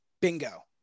Bingo